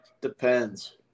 depends